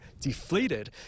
deflated